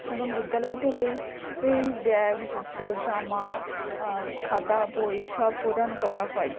এবং বিদ্যালয় থেকেই এই ব্যাগ জুতো জামা খাতা বই সব প্রদান করা হয়